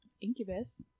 Incubus